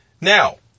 Now